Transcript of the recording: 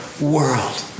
world